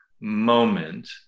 moment